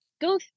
go